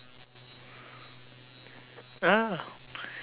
ah